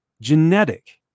genetic